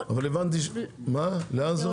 לא.